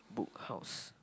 Book House